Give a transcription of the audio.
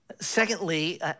Secondly